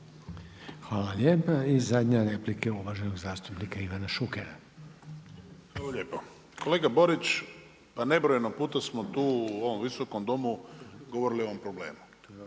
Hvala. I zadnja replika uvaženog zastupnika Ivana Šukera. **Šuker, Ivan (HDZ)** Hvala lijepo. Kolega Borić, pa nebrojeno smo put tu u ovom visokom domu govorili o ovom problemu,